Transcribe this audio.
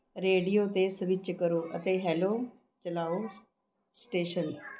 radio 'ਤੇ switch ਕਰੋ ਅਤੇ ਹੈਲੋ ਚਲਾਓ ਸਟੇਸ਼ਨ